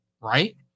right